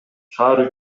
шаар